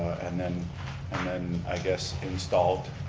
and then and then i guess installed